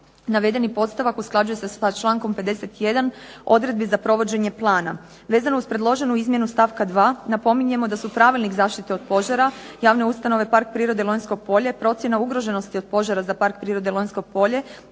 navedeni podstavak usklađuje se sa člankom 51. odredbi za provođenje plana. Vezano uz predloženu izmjenu stavka 2. napominjemo da su pravilnik zaštite od požara javne ustanove Park prirode Lonjsko polje procjena ugroženosti od požara za Park prirode Lonjsko polje